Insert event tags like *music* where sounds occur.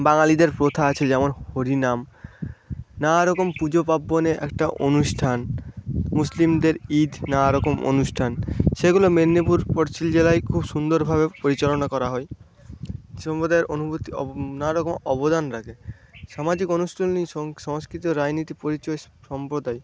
বাঙালিদের প্রথা আছে যেমন হরিনাম নানারকম পুজোপাব্বণে একটা অনুষ্ঠান মুসলিমদের ঈদ নানারকম অনুষ্ঠান সেগুলো মেদিনীপুর *unintelligible* জেলায় খুব সুন্দরভাবে পরিচালনা করা হয় *unintelligible* অনুভূতি নানারকম অবদান রাখে সামাজিক সংস্কৃতি ও রাজনীতি পরিচয় সম্প্রদায়